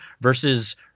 versus